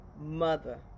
mother